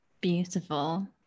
Beautiful